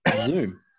zoom